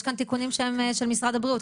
יש כאן תיקונים שהם של משרד הבריאות.